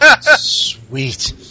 Sweet